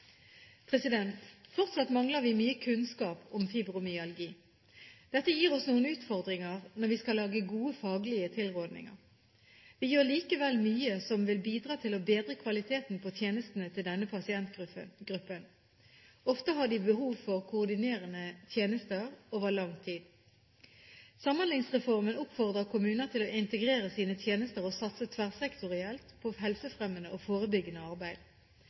Fortsatt mangler vi mye kunnskap om fibromyalgi. Dette gir oss noen utfordringer når vi skal lage gode faglige tilrådninger. Vi gjør allikevel mye som vil bidra til å bedre kvaliteten på tjenestene til denne pasientgruppen. Ofte har de behov for koordinerte tjenester over lang tid. Samhandlingsreformen oppfordrer kommuner til å integrere sine tjenester og satse tverrsektorielt på helsefremmende og forebyggende arbeid.